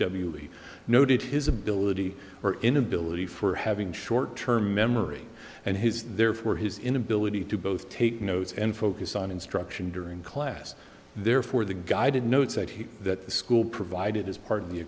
he noted his ability or inability for having short term memory and his therefore his inability to both take notes and focus on instruction during class therefore the guided notes that he that the school provided as part of the